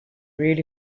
really